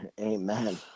Amen